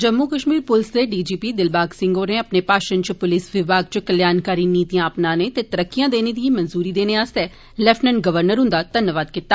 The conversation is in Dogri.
जम्मू कश्मीर पोलिस दे D G P Dilbag Singh होरें अपने भाषण च पोलिस विभाग च कल्याणकारी नीतिआं अपनाने ते तरक्कीआं देने दी मंजूरी आस्तै लैफिटनैंट गवर्नर हुन्दा धन्नवाद कीता